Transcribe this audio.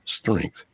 strength